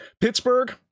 Pittsburgh